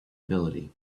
ability